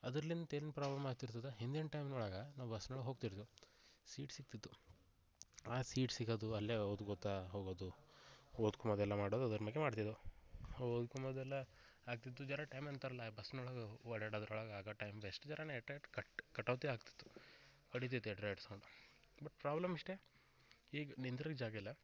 ಅದರ್ಲಿಂತ್ ಏನು ಪ್ರಾಬ್ಲಮ್ ಆಗ್ತಿರ್ತದೆ ಹಿಂದಿನ ಟೈಮ್ನ ಒಳಗೆ ನಾವು ಬಸ್ನೊಳಗೆ ಹೋಗ್ತಿದ್ವು ಸೀಟ್ ಸಿಕ್ತಿತ್ತು ಆ ಸೀಟ್ ಸಿಗೋದು ಅಲ್ಲೇ ಓದ್ಕೊತ ಹೋಗೋದು ಓದ್ಕೋಳೋದ್ ಎಲ್ಲ ಮಾಡೋದು ಅದರ ಮ್ಯಾಗೆ ಮಾಡ್ತಿದ್ದೋ ಓದ್ಕಂಬದ್ ಎಲ್ಲ ಆಗ್ತಿತ್ತು ಜರ ಟೈಮ್ ಅಂತಾರಲ್ಲ ಬಸ್ನೊಳಗೆ ಓಡಾಡೋದ್ರೊಳಗ ಆಗೋ ಟೈಮ್ ಬೆಸ್ಟ್ ಜರನೇ ಎಷ್ಟು ಎಷ್ಟು ಕಟ್ ಕಟ್ಔತೆ ಆಗ್ತಿತ್ತು ಬಟ್ ಪ್ರಾಬ್ಲಮ್ ಇಷ್ಟೇ ಈಗ ನಿಂದಿರ್ಲಿಕ್ಕೆ ಜಾಗ ಇಲ್ಲ